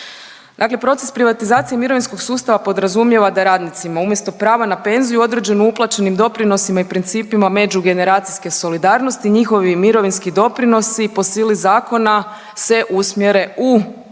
proces privatizacije mirovinskog sustava podrazumijeva da radnicima umjesto prava na penziju u određeno uplaćenim doprinosima i principima međugeneracijske solidarnosti njihovi mirovinski doprinosi po sili zakona se usmjere u